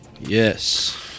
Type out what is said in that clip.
Yes